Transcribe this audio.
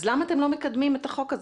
אז למה אתם לא מקדמים את החוק הזה?